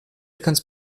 kannst